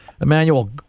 Emmanuel